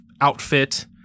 outfit